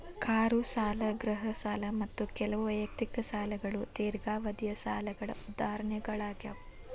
car ಸಾಲ ಗೃಹ ಸಾಲ ಮತ್ತ ಕೆಲವು ವೈಯಕ್ತಿಕ ಸಾಲಗಳು ದೇರ್ಘಾವಧಿಯ ಸಾಲಗಳ ಉದಾಹರಣೆಗಳಾಗ್ಯಾವ